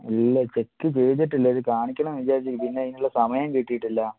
ഇല്ല ചെക്ക് ചെയ്തിട്ടില്ല ഇത് കാണിക്കണം വിചാരിച്ചു പിന്നെ അതിനുള്ള സമയം കിട്ടിയിട്ടില്ല